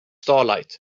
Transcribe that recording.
starlight